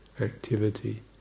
activity